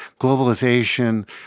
globalization